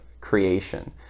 creation